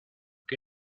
qué